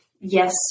Yes